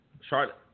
Charlotte